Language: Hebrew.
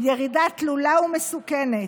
ירידה תלולה ומסוכנת.